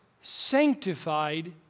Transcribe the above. sanctified